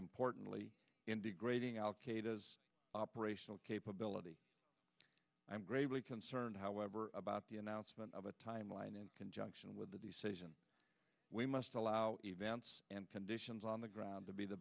importantly in degrading al qaeda operational capability i'm gravely concerned however about the announcement of a timeline in conjunction with the decision we must allow events and conditions on the ground to be the